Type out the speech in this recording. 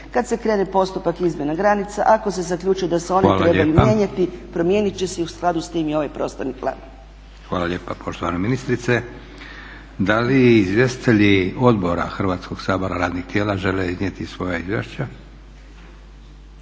Kad se krene postupak izmjena granica, ako se zaključi da se one trebaju mijenjati promijenit će se u skladu s tim i ovaj prostorni plan. **Leko, Josip (SDP)** Hvala lijepa poštovana ministrice. Da li izvjestitelji odbora Hrvatskog sabora, radnih tijela žele iznijeti svoja izvješća?